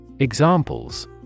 Examples